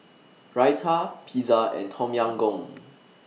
Raita Pizza and Tom Yam Goong